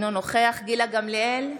אינו נוכח גילה גמליאל,